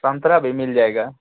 संतरा भी मिल जाएगा